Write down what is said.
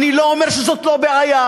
אני לא אומר שזאת לא בעיה,